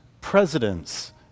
presidents